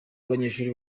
abanyeshuri